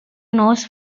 nos